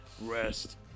Rest